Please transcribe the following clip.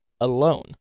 alone